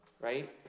right